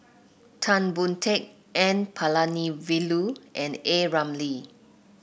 Tan Boon Teik N Palanivelu and A Ramli